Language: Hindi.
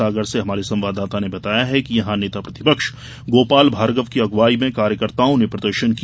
सागर से हमारे संवाददाता ने बताया है कि यहां नेता प्रतिपक्ष गोपाल भार्गव की अगुवाई में कार्यकर्ताओं ने प्रदर्शन किया